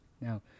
Now